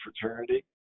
fraternity